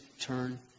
turn